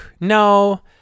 No